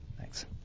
Thanks